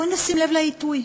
בואו נשים לב לעיתוי.